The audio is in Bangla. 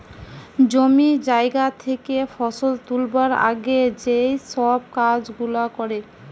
জমি জায়গা থেকে ফসল তুলবার আগে যেই সব কাজ গুলা করে